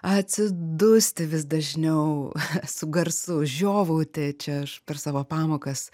atsidusti vis dažniau su garsu žiovauti čia aš per savo pamokas